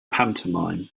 pantomime